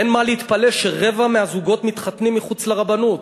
אין מה להתפלא שרבע מהזוגות מתחתנים מחוץ לרבנות.